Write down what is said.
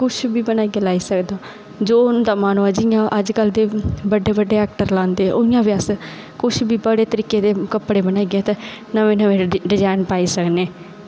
बनाइयै लाई सकदा जियां उंदा मन होऐ जियां अज्जकल दे बड्डे बड्डे एक्टर लांदे कुछ बी बड़े तरीके दे कपड़े बनाइयै ते ओह् डिजाईन पाई सकने